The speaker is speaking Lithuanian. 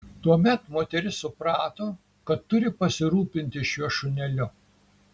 tuomet moteris suprato kad turi pasirūpinti šiuo šuneliu